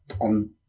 on